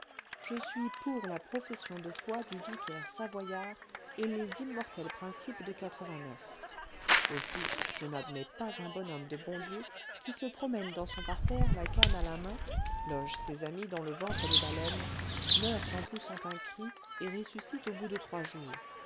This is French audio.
je suis pour la profession de foi du vicaire savoyard et les immortels principes de aussi je n'admets pas un bonhomme de bon dieu qui se promène dans son parterre la canne à la main loge ses amis dans le ventre des baleines meurt en poussant un cri et ressuscite au bout de trois jours